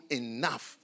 enough